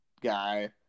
guy